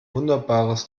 wunderbares